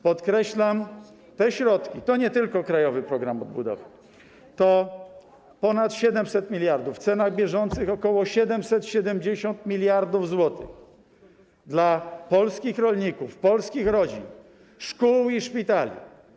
Podkreślam: te środki to nie tylko krajowy program odbudowy, to ponad 700 mld zł, w cenach bieżących to ok. 770 mld zł dla polskich rolników, polskich rodzin, szkół i szpitali.